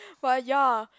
but ya